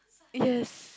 yes